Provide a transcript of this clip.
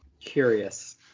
Curious